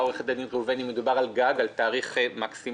עורכת הדין ראובני מדובר על תאריך מקסימום